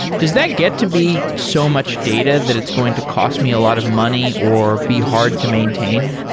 does that get to be so much data that it's going to cost me a lot of money or be hard to maintain?